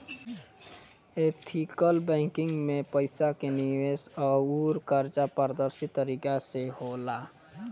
ethical banking में पईसा के निवेश अउर कर्जा पारदर्शी तरीका से होला